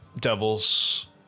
devils